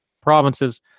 provinces